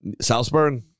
Salzburg